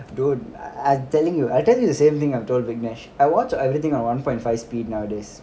dude I telling you I tell you the same thing I've told viknesh I watch everything on one point five speed nowadays